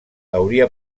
hauria